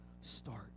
start